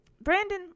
Brandon